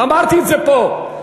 אמרתי את זה פה.